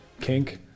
kink